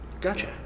Gotcha